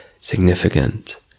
significant